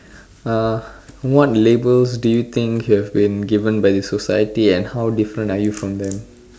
uh what labels do you think you have been given by the society and how different are you from them